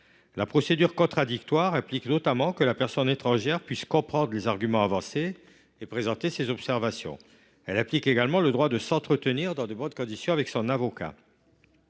La procédure contradictoire implique notamment que la personne étrangère puisse comprendre les arguments avancés et présenter ses observations. Elle implique également le droit de s’entretenir dans de bonnes conditions avec son avocat.